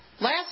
Last